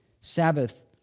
Sabbath